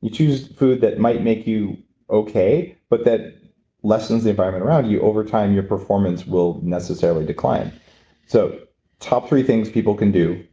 you choose food that might make you okay, but that lessens the environment around you. over time, your performance will necessarily decline so top three things people can do